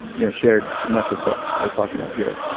you know, shared much of what we're talking about here.